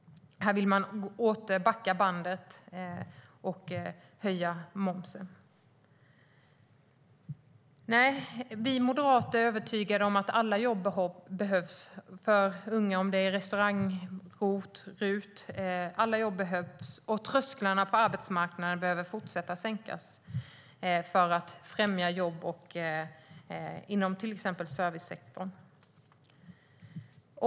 Socialdemokraterna vill backa bandet och höja momsen. Vi moderater är övertygade om att alla jobb behövs för unga, i restaurang, ROT och RUT. Alla jobb behövs, och trösklarna på arbetsmarknaden måste fortsätta sänkas för att främja jobb inom till exempel servicesektorn.